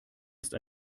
ist